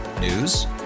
News